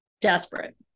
desperate